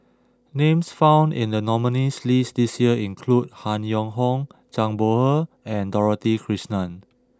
names found in the nominees' list this year include Han Yong Hong Zhang Bohe and Dorothy Krishnan